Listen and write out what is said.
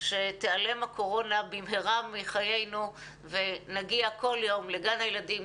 שתיעלם הקורונה במהרה מחיינו ונגיע כל יום לגן הילדים,